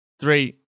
three